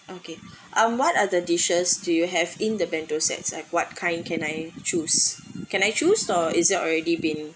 okay um what are the dishes do you have in the bento sets of what kind can I choose can I choose or is there already been